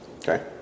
Okay